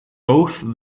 both